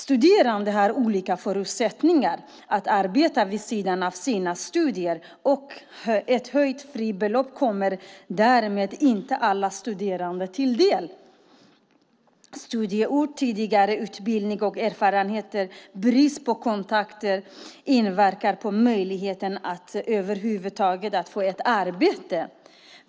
Studerande har olika förutsättningar att arbeta vid sidan av sina studier, och ett höjt fribelopp kommer därmed inte alla studerande till del. Studieort, tidigare utbildning och erfarenheter och brist på kontakter inverkar på möjligheten att över huvud taget få ett arbete.